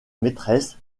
maîtresse